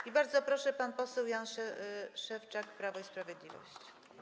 I bardzo proszę, pan poseł Jan Szewczak, Prawo i Sprawiedliwość.